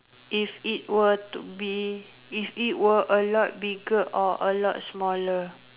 if it were to be if it were a lot bigger or a lot smaller